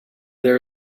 there